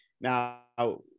Now